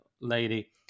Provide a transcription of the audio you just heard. lady